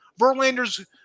Verlander's